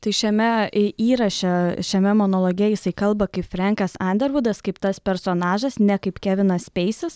tai šiame įraše šiame monologe jisai kalba kaip frenkas andervudas kaip tas personažas ne kaip kevinas peisis